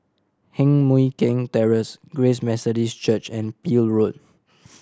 Heng Mui Keng Terrace Grace Methodist Church and Peel Road